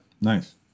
Nice